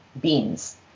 beans